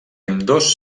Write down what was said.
ambdós